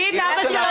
תכבדי את אבא שלו.